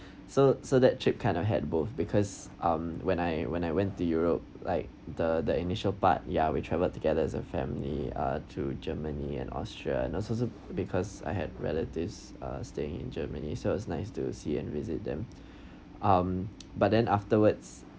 so so that trip kind of had both because um when I when I went to europe like the the initial part ya we traveled together as a family uh to germany and austria and also because I had relatives uh staying in germany so it's nice to see and visit them um but then afterwards